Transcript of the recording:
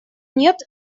нет